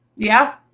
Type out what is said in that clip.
yeah,